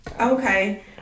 Okay